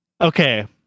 Okay